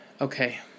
Okay